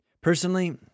Personally